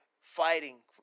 fighting